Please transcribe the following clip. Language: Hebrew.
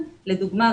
לדוגמה,